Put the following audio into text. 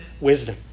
wisdom